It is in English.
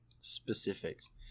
specifics